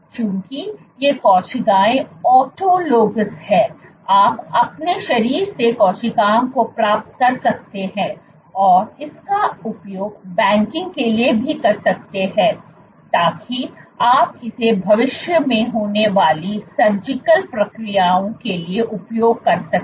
चूँकि ये कोशिकाएँ ऑटोलॉगस हैं आप अपने शरीर से कोशिकाओं को प्राप्त कर सकते हैं और इसका उपयोग बैंकिंग के लिए भी कर सकते हैं ताकि आप इसे भविष्य में होने वाली सर्जिकल प्रक्रियाओं के लिए उपयोग कर सकें